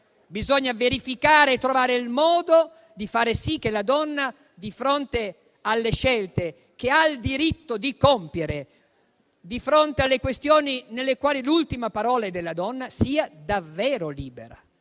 Bisogna verificare e trovare il modo di fare sì che la donna, di fronte alle scelte che ha il diritto di compiere, di fronte alle questioni nelle quali l'ultima parola è della donna, sia davvero libera,